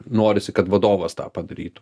norisi kad vadovas tą padarytų